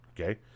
Okay